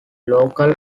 local